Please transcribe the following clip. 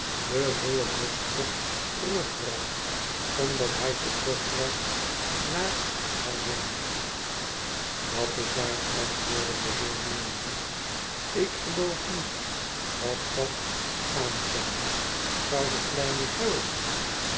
den wollen borstrok terugbracht omdat hij te kort was naar haar zin dat is waar antwoordde de heer milvey ik geloof niet dat dat gaan zou zou de kleine